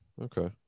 Okay